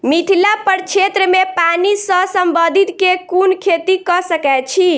मिथिला प्रक्षेत्र मे पानि सऽ संबंधित केँ कुन खेती कऽ सकै छी?